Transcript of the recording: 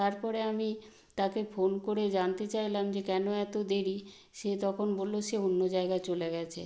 তারপরে আমি তাকে ফোন করে জানতে চাইলাম যে কেন এতো দেরি সে তখন বললো সে অন্য জায়গা চলে গেছে